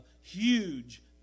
huge